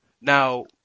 now